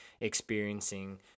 experiencing